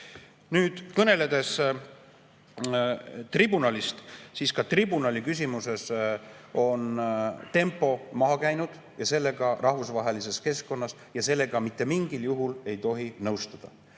kui kõneleda tribunalist, siis ka tribunali küsimuses on tempo maha käinud. Ja sellega rahvusvahelises keskkonnas mitte mingil juhul ei tohi nõustuda.